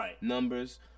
numbers